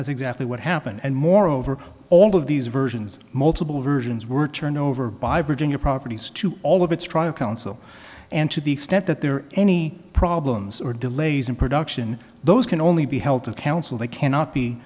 that's exactly what happened and moreover all of these versions multiple versions were turned over by virginia properties to all of its try to council and to the extent that there are any problems or delays in production those can only be held to council they cannot be